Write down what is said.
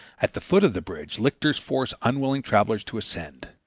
at the foot of the bridge lictors force unwilling travelers to ascend.